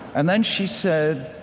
and then she said,